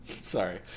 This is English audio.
Sorry